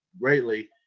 greatly